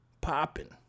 popping